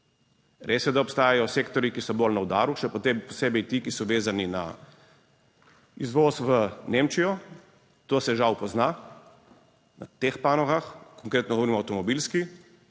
Res je, da obstajajo sektorji, ki so bolj na udaru, še posebej ti, ki so vezani na izvoz v Nemčijo. To se žal pozna v teh panogah, konkretno govorim o avtomobilski.